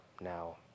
now